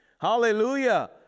Hallelujah